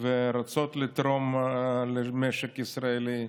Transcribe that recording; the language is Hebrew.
ורוצות לתרום למשק הישראלי.